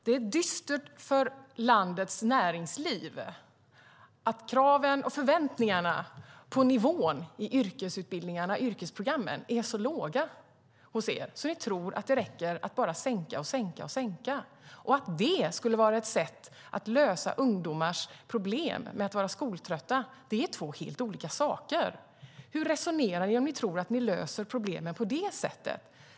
Det är dystert för landets näringsliv att kraven och förväntningarna på nivån i yrkesutbildningarna, yrkesprogrammen, är så låga hos er. Ni tror att det räcker att bara sänka och sänka och sänka och att det skulle vara ett sätt att lösa ungdomars problem med att vara skoltrötta. Det är två helt olika saker. Hur resonerar ni om ni tror att ni löser problemen på det sättet?